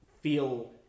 feel